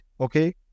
okay